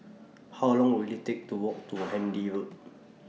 How Long Will IT Take to Walk to Handy Road